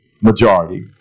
majority